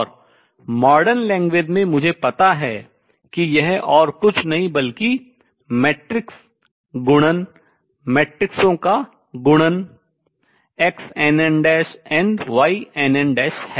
और modern language आधुनिक भाषा में मुझे पता है कि यह और कुछ नहीं बल्कि मैट्रिक्स गुणन मैट्रिक्सों का गुणन Xn n' and Yn n' है